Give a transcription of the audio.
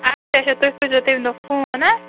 اَچھا اَچھا تُہۍ کٔرۍزیٚو تیٚلہِ مےٚ فون